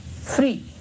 free